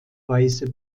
weise